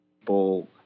people